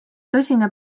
tõsine